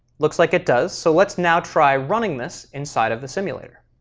looks like it does. so let's now try running this inside of the simulator.